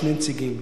שני נציגים,